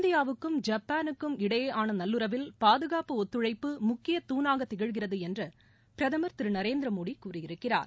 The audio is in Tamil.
இந்தியாவுக்கும் ஜப்பானுக்கும் இடையேயான நல்லுறவில் பாதுகாப்பு ஒத்துழைப்பு முக்கிய தூணாக திகழ்கிறது என்று பிரதமர் திரு நரேந்திரமோடி கூறியிருக்கிறார்